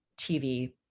TV